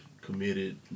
committed